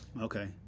Okay